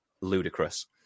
ludicrous